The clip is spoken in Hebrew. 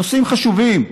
נושאים חשובים,